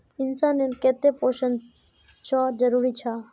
इंसान नेर केते पोषण चाँ जरूरी जाहा?